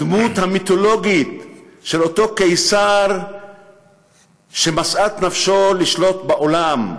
הדמות המיתולוגית של אותו קיסר שמשאת נפשו לשלוט בעולם.